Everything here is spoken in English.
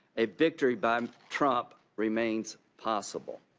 a victory by trump remains possible.